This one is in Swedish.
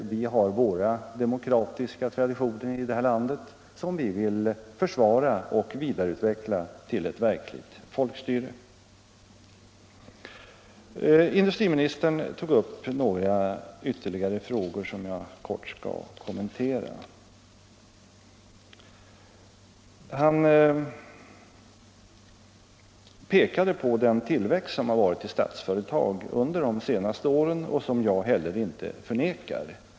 Vi har våra demokratiska traditioner i det här landet som vi vill försvara och vidareutveckla till ett verkligt folkstyre. Industriministern tog upp några ytterligare frågor som jag kort skall kommentera. Han pekade på den tillväxt som har varit i Statsföretag under de senaste åren och som jag inte heller förnekar.